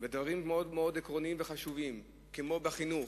ודברים מאוד מאוד עקרוניים וחשובים, כמו בחינוך,